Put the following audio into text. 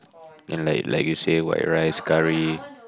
and like like you say white rice curry